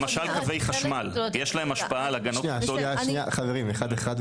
למשל קווי חשמל יש להם השפעה --- בבקשה חברים לדבר אחד אחד.